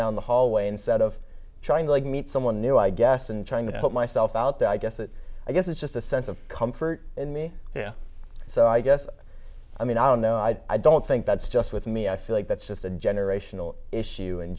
down the hallway instead of trying to meet someone new i guess and trying to put myself out there i guess that i guess is just a sense of comfort in me so i guess i mean i don't know i don't think that's just with me i feel like that's just a generational issue in